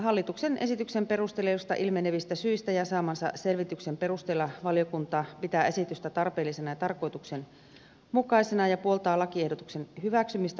hallituksen esityksen perusteluista ilmenevistä syistä ja saamansa selvityksen perusteella valiokunta pitää esitystä tarpeellisena ja tarkoituksenmukaisena ja puoltaa lakiehdotuksen hyväksymistä muuttamattomana